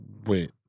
Wait